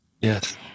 Yes